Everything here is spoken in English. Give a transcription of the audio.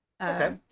Okay